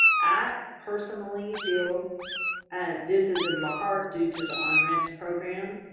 i personally feel and this is in like part due to the onramps program,